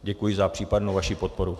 Děkuji za případnou vaši podporu.